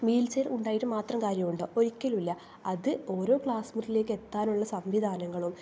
wheel chair ഉണ്ടായിട്ട് മാത്രം കാര്യമുണ്ടോ ഒരിക്കലുവില്ല അത് ഓരോ ക്ലാസ് മുറിയിലേക്ക് എത്താനുള്ള സംവിധാനങ്ങളും